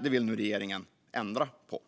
Det vill nu regeringen ändra på.